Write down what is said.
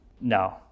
no